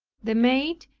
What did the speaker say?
the maid,